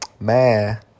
Man